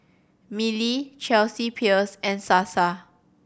Mili Chelsea Peers and Sasa